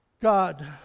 God